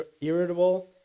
irritable